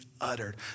uttered